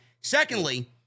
Secondly